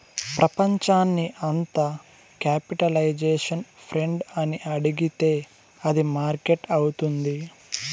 ప్రపంచాన్ని అంత capitalisation friend అని అడిగితే అది మార్కెట్ అవుతుంది